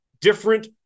different